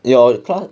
your prof